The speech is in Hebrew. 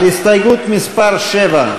על הסתייגות מס' 7,